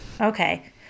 Okay